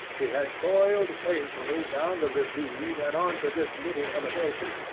he had toiled painfully down the ravine, and on to this little elevation,